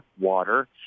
water